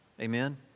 Amen